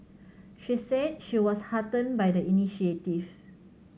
she said she was heartened by the initiatives